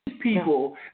people